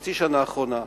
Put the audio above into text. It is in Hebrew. בחצי שנה האחרונה,